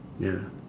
ya